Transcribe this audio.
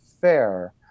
fair